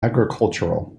agricultural